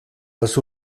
les